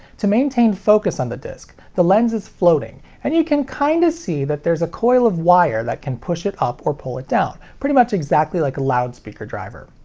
to maintain focus on the disc, the lens is floating, and you can kinda kind of see that there's a coil of wire that can push it up or pull it down, pretty much exactly like a loudspeaker driver.